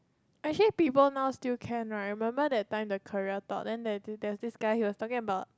actually people now still can right remember that time the career talk then there was this guy he was talking about